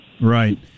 Right